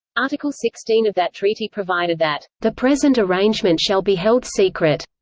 article sixteen of that treaty provided that the present arrangement shall be held secret.